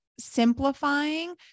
simplifying